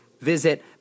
Visit